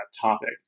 topic